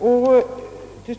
lämnas däri.